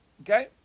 okay